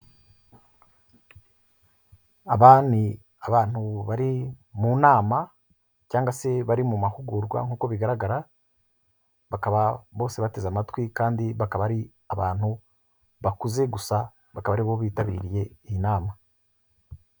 Aba ni abantu bari mu nama cyangwa se bari mu mahugurwa nk'uko bigaragara bose bateze amatwi kandi bakaba ari abantu bakuze gusa bakaba aribo bitabiriye iyi nama.